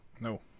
No